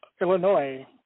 Illinois